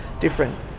different